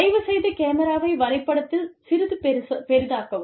தயவுசெய்து கேமராவை வரைபடத்தில் சிறிது பெரிதாக்கவும்